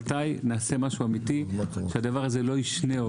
מתי נעשה משהו אמיתי כדי שהדבר לא יישנה?